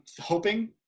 hoping